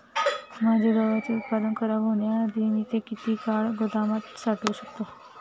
माझे गव्हाचे उत्पादन खराब होण्याआधी मी ते किती काळ गोदामात साठवू शकतो?